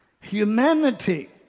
Humanity